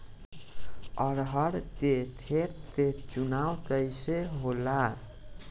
अरहर के खेत के चुनाव कइसे होला?